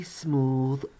smooth